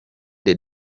the